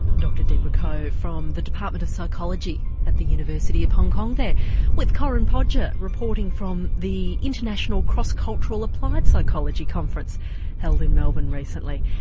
dr deborah ko from the department of psychology at the university of hong kong there with corinne podger, reporting from the international cross-cultural applied psychology conference held in melbourne recently.